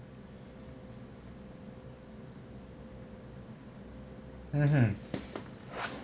mmhmm